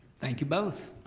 thank you both.